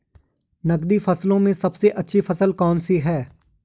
नकदी फसलों में सबसे अच्छी फसल कौन सी है?